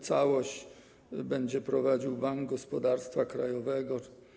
Całość będzie prowadził Bank Gospodarstwa Krajowego.